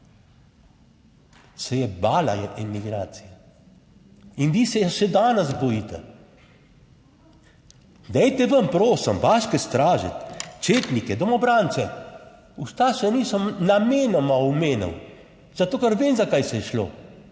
se je bala je emigracije in vi se je še danes bojite. Dajte vam prosim vaške straže, četnike, domobrance. Ustaše nisem namenoma omenil, zato ker vem, za kaj se je šlo,